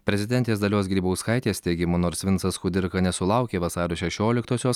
prezidentės dalios grybauskaitės teigimu nors vincas kudirka nesulaukė vasario šešioliktosios